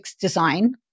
Design